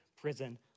prison